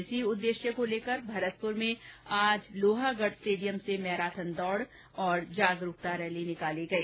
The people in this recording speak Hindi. इसी उददेश्य को लेकर भरतपुर में आज लोहागढ स्टेडियम से मैराथन दौड़ और जागरूकता रैली निकाली गई